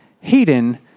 Hayden